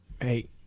Hey